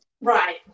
Right